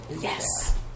Yes